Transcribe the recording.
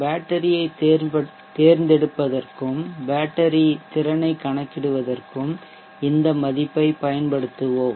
பேட்டரியைத் தேர்ந்தெடுப்பதற்கும் பேட்டரி திறனைக் கணக்கிடுவதற்கும் இந்த மதிப்பைப் பயன்படுத்துவோம்